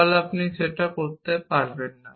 তাহলে আপনি সেটা করতে পারবেন না